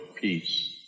peace